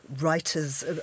writers